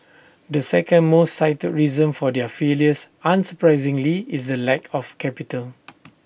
the second most cited reason for their failures unsurprisingly is the lack of capital